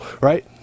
right